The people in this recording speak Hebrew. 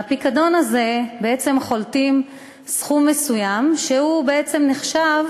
מהפיקדון הזה בעצם חולטים סכום מסוים, שנחשב